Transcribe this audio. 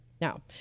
Now